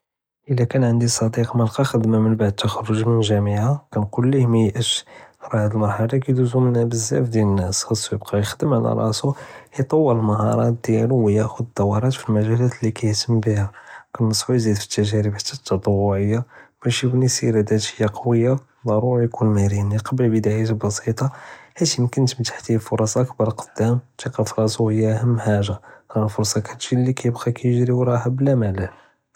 אלא קאן ענדי צדיק מאלקא ח'דמה מן בעד אלתקראג מן אלג'אמעה, כנקול ליה מייאאסש רח' הז מנערחה קידוזו מהה בזאף דיאל נאס, חסכו יכדם עלא ראסוה, יטוור אלמה'אראת דיאלו ו יאخذ דורות פילמג'אלאת לי קיהתם ביה, כנסחה יזיד פי אלתג'ארב חתי אלתטואעיה, באש יבנא סירה דתיה כווייה, דרורי יכון מריני יכבל בדאיות בסיטה חית ימקין טיוח פורס אכבר קדאם, אלת'יקה פי ראסוה היא אהם חאגה, רח' אלפורסה קטג'י לי קיבغي קיג'רי וראהא בלא מלל.